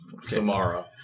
Samara